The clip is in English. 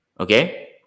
Okay